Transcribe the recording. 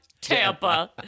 Tampa